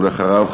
ואחריו,